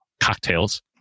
cocktails